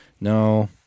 No